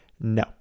no